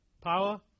Power